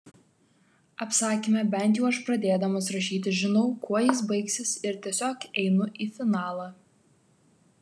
apsakyme bent jau aš pradėdamas rašyti žinau kuo jis baigsis ir tiesiog einu į finalą